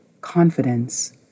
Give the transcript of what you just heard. confidence